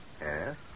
Yes